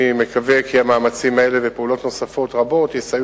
אני מקווה כי המאמצים האלה ופעולות נוספות רבות יסייעו